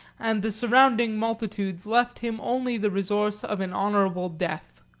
and the surrounding multitudes left him only the resource of an honourable death.